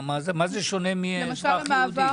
מה זה שונה מאזרח יהודי?